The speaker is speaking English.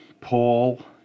Paul